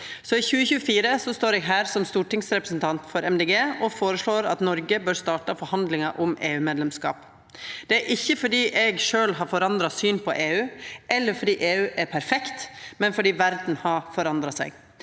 i 2024, står eg her som stortingsrepresentant for Miljøpartiet Dei Grøne og føreslår at Noreg bør starta forhandlingar om EU-medlemskap. Det er ikkje fordi eg sjølv har forandra syn på EU, eller fordi EU er perfekt, men fordi verda har forandra seg.